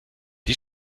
die